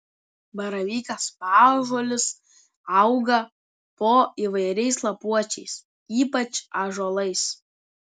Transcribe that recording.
baravykas paąžuolis auga po įvairiais lapuočiais ypač ąžuolais